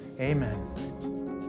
Amen